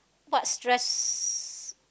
what stress